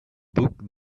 book